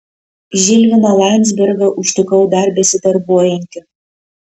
žilviną landzbergą užtikau dar besidarbuojantį